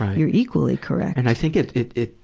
you're equally correct. and i think it, it, it,